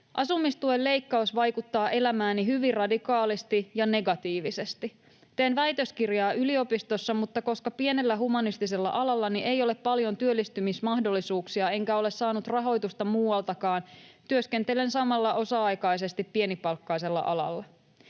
”Asumistuen leikkaus vaikuttaa elämääni hyvin radikaalisti ja negatiivisesti. Teen väitöskirjaa yliopistossa, mutta koska pienellä humanistisella alallani ei ole paljon työllistymismahdollisuuksia enkä ole saanut rahoitusta muualtakaan, työskentelen samalla osa-aikaisesti pienipalkkaisella alalla.